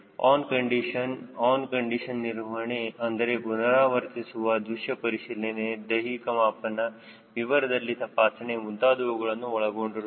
on condition ನಿರ್ವಹಣೆ on condition ನಿರ್ವಹಣೆ ಅಂದರೆ ಪುನರಾವರ್ತಿಸುವ ದೃಶ್ಯ ಪರಿಶೀಲನೆ ದೈಹಿಕ ಮಾಪನ ವಿವರದಲ್ಲಿ ತಪಾಸಣೆ ಮುಂತಾದವುಗಳನ್ನು ಒಳಗೊಂಡಿರುತ್ತದೆ